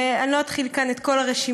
ואני לא אתחיל לתת כאן את כל הרשימה,